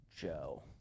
Joe